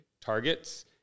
targets